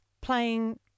playing